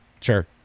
Sure